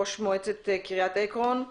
ראש מועצת קרית עקרון,